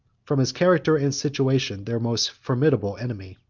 from his character and situation their most formidable enemy.